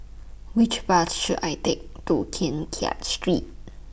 Which Bus should I Take to Keng Kiat Street